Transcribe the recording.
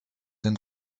den